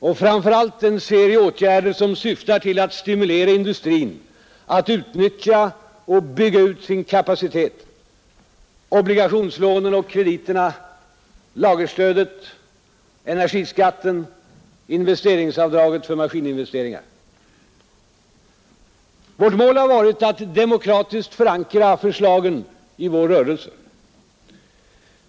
Och framför allt en serie åtgärder som syftar till att stimulera industrin att utnyttja och bygga ut sin kapacitet — obligationslånen och krediterna, lagerstödet, energiskatten, investeringsavdraget för maskininvesteringar. Vårt mål har varit att demokratiskt förankra förslagen i vår rörelse.